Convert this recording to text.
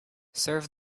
serve